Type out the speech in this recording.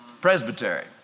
Presbytery